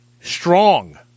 strong